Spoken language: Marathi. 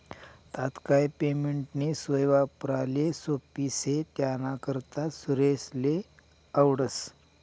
तात्काय पेमेंटनी सोय वापराले सोप्पी शे त्यानाकरता सुरेशले आवडस